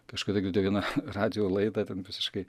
kažkada girdėjau vieną radijo laidą ten visiškai